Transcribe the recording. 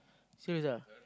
serious ah